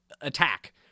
attack